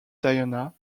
diana